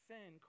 Sin